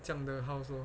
这样的 household